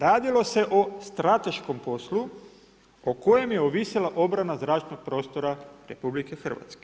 Radilo se o strateškom poslu o kojem je ovisila obrana zračnog prostora RH.